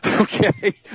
Okay